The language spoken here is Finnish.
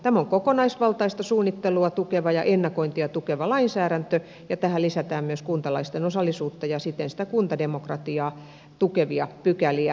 tämä on kokonaisvaltaista suunnittelua tukeva ja ennakointia tukeva lainsäädäntö ja tähän lisätään myös kuntalaisten osallisuutta ja siten sitä kuntademokratiaa tukevia pykäliä